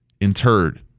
interred